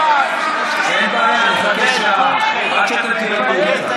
אין בעיה, נחכה עד שאתם תירגעו קצת.